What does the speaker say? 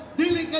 really